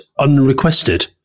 unrequested